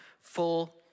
full